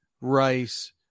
rice